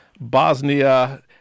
Bosnia